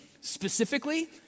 Specifically